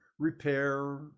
repair